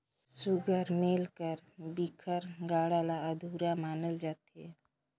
सुग्घर मेल कर बिगर गाड़ा ल अधुरा मानल जाथे